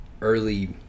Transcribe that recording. early